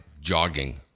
jogging